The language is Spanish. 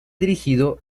dirigido